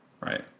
Right